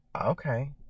okay